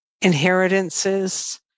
inheritances